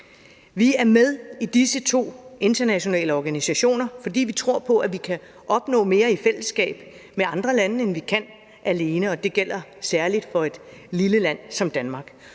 Vi er med i disse to internationale organisationer, fordi vi tror på, at vi kan opnå mere i fællesskab med andre lande, end vi kan alene, og det gælder særlig for et lille land som Danmark.